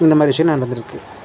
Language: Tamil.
இந்த மாதிரி விஷயம் நடந்திருக்கு